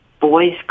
boys